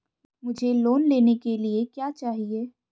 मुझे लोन लेने के लिए क्या चाहिए?